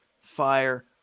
fire